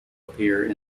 appear